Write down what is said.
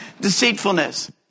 deceitfulness